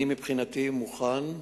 מבחינתי, אני מוכן.